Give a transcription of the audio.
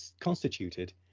constituted